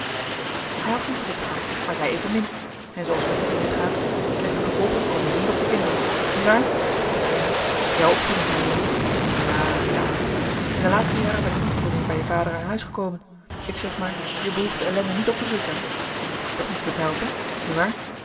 hij had niet moeten trouwen maar zij evenmin en zooals t met die dingen gaat de slechte gevolgen komen neer op de kinderen niewaar ja ja jou opvoeding m'n jongen nu ja nu ja hè in de laatste jaren ben ik niet veel meer bij je vader aan huis gekomen ik zeg maar je behoeft de ellende niet op te zoeken hè als je toch niet kunt helpen niewaar